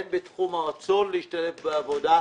הן בתחום הרצון להשתלב בעבודה.